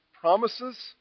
promises